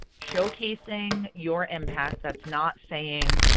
showcasing your impact. that's not saying,